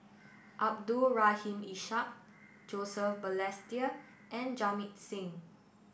Abdul Rahim Ishak Joseph Balestier and Jamit Singh